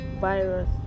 virus